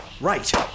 right